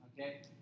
okay